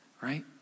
right